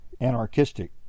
anarchistic